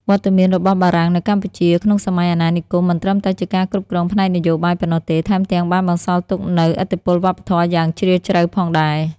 វត្តមានរបស់បារាំងនៅកម្ពុជាក្នុងសម័យអាណានិគម មិនត្រឹមតែជាការគ្រប់គ្រងផ្នែកនយោបាយប៉ុណ្ណោះទេ ថែមទាំងបានបន្សល់ទុកនូវឥទ្ធិពលវប្បធម៌យ៉ាងជ្រាលជ្រៅផងដែរ។